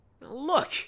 Look